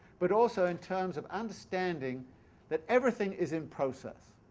but also in terms of understanding that everything is in process.